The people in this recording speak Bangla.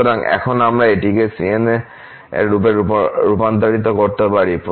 সুতরাং এখন আমরা এটিকে cn এর রূপে রূপান্তর করতে পারি